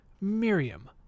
Miriam